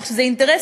כך שזה אינטרס,